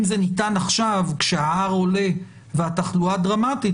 אם זה ניתן עכשיו כשה-R עולה והתחלואה דרמטית,